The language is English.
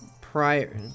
prior-